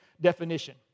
definition